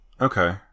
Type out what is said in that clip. Okay